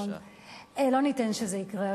לא ניתן שזה יקרה.